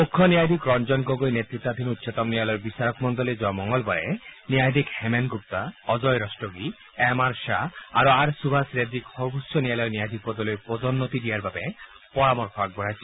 মুখ্য ন্যায়াধীশ ৰঞ্জন গগৈ নেতৃত্বাধীন উচ্চতম ন্যায়ালয়ৰ বিচাৰক মণ্লীয়ে যোৱা মঙলবাৰে ন্যায়াধীশ হেমন গুপ্তা অজয় ৰস্তগি এম আৰ শ্বাহ আৰু আৰ সূভাষ ৰেড্ডীক সৰ্বোচ্চ ন্যায়ালয়ৰ ন্যায়াধীশ পদলৈ পদোন্নতি দিয়াৰ বাবে পৰামৰ্শ আগবঢ়াইছিল